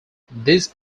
these